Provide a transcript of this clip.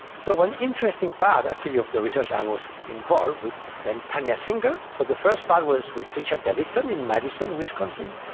so an interesting part actually of the research i was involved with, then tania singer. so the first part was with richard davidson in madison wisconsin,